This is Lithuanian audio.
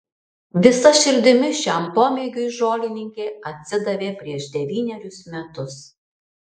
visa širdimi šiam pomėgiui žolininkė atsidavė prieš devynerius metus